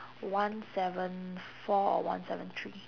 one seven four or one seven three